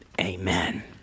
Amen